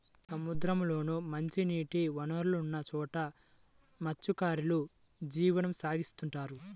సముద్రాల్లోనూ, మంచినీటి వనరులున్న చోట మత్స్యకారులు జీవనం సాగిత్తుంటారు